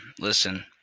listen